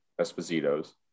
esposito's